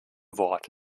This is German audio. wort